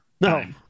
No